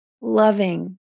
loving